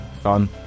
fun